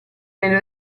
nelle